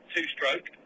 two-stroke